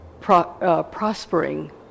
prospering